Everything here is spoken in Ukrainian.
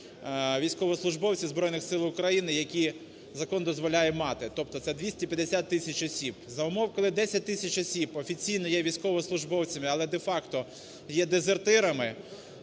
військовослужбовців Збройних Сил України, які закон дозволяє мати, тобто це 250 тисяч осіб. За умов, коли 10 тисяч осіб офіційно є військовослужбовцями, але де-факто є дезертирами…